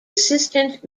assistant